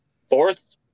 fourth